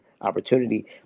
Opportunity